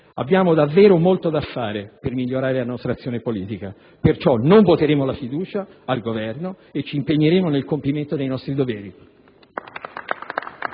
Abbiamo davvero molto da fare per migliorare la nostra azione politica, perciò non voteremo la fiducia al Governo e ci impegneremo nel compimento dei nostri doveri.